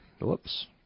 Whoops